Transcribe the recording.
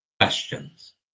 questions